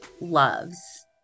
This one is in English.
loves